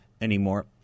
anymore